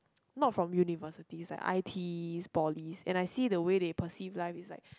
not from university like I_T poly and I see the way they perceive life is like